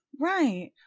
Right